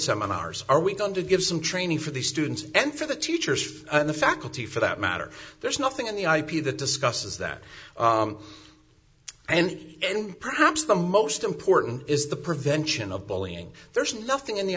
seminars are we going to give some training for these students and for the teachers and the faculty for that matter there's nothing in the ip that discusses that and perhaps the most important is the prevention of bullying there's nothing in the